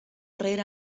rere